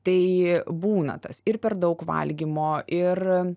tai būna tas ir per daug valgymo ir